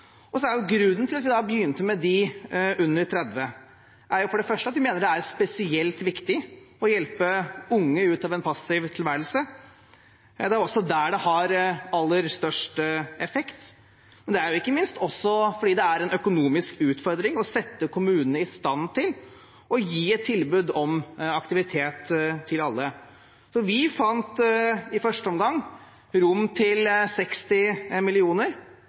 Og så er grunnen til at vi begynte med dem under 30, for det første at vi mener det er spesielt viktig å hjelpe unge ut av en passiv tilværelse. Det er også der det har aller størst effekt. Det er ikke minst også fordi det er en økonomisk utfordring å sette kommunene i stand til å gi et tilbud om aktivitet til alle. Så vi fant i første omgang rom til 60